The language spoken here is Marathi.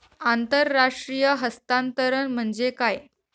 आंतरराष्ट्रीय हस्तांतरण म्हणजे काय?